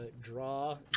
draw